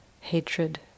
hatred